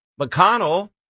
McConnell